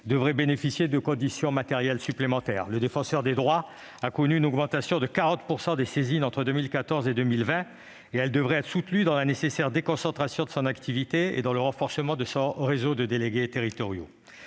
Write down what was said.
devraient bénéficier de conditions matérielles améliorées. Le Défenseur des droits a connu une augmentation de 40 % de ses saisines entre 2014 et 2020 et devrait être soutenu dans la nécessaire déconcentration de son activité et dans le renforcement de son réseau de délégués territoriaux.